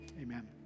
amen